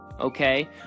okay